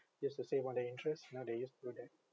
just to save on the interest now they used to do that